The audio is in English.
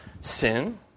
sin